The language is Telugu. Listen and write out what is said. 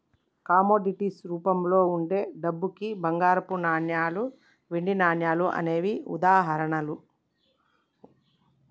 కమోడిటీస్ రూపంలో వుండే డబ్బుకి బంగారపు నాణాలు, వెండి నాణాలు అనేవే ఉదాహరణలు